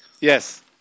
Yes